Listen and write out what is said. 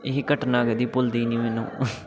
ਇਹ ਘਟਨਾ ਕਦੇ ਭੁੱਲਦੀ ਨਹੀਂ ਮੈਨੂੰ